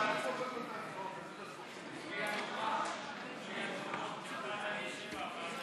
ההסתייגות (233) של חבר הכנסת מוסי רז לסעיף 1 לא